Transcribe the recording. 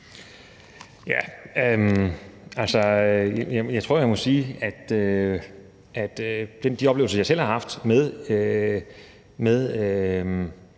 Jeg tror, jeg må sige noget om de oplevelser, jeg selv har haft med